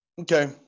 Okay